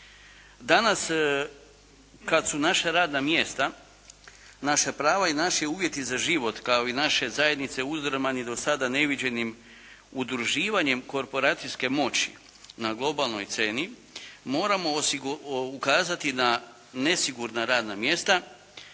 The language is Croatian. Danas kada su naša radna mjesta, naša prava i naši uvjeti za život kao i naše zajednice uzdrmani do sada neviđenim udruživanjem korporacijske moći na globalnoj sceni, moramo ukazati na nesigurna radna mjesta